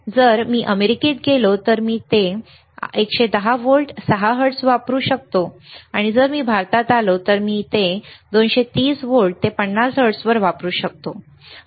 जर मी अमेरिकेत गेलो तर मी 110 व्होल्ट 60 हर्ट्झ वापरू शकतो जर मी भारतात आलो तर मी 230 व्होल्ट 50 हर्ट्झवर वापरू शकतो